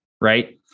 Right